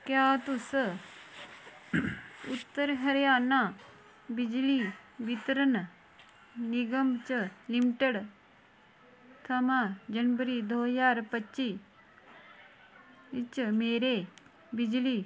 क्या तुस उत्तर हरियाणा बिजली बितरन निगम च लिमिटेड थमां जनवरी दो ज्हार पच्ची बिच्च मेरे बिजली